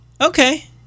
Okay